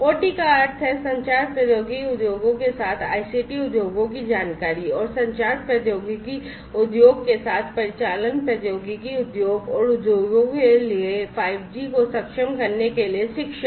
OT का अर्थ है संचार प्रौद्योगिकी उद्योगों के साथ ICT उद्योगों की जानकारी और संचार प्रौद्योगिकी उद्योग के साथ परिचालन प्रौद्योगिकी उद्योग और उद्योगों के लिए 5G को सक्षम करने के लिए शिक्षा